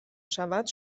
شود